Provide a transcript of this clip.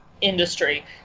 industry